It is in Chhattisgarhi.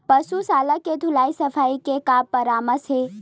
पशु शाला के धुलाई सफाई के का परामर्श हे?